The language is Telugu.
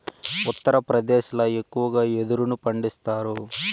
ఉత్తరప్రదేశ్ ల ఎక్కువగా యెదురును పండిస్తాండారు